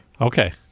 Okay